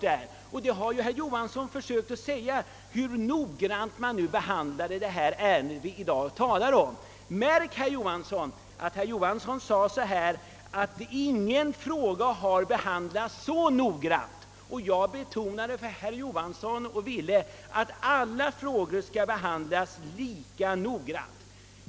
Herr Johansson i Norrköping har själv framhållit hur noggrann utskottsbehandlingen varit av det ärende vi nu diskuterar — herr Johansson sade, märk väl, att ingen fråga har behand lats mera noggrant än denna, Och jag betonar, herr Johansson, jag vill för min del att alla frågor skall behandlas lika noggrant.